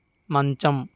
మంచం